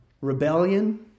rebellion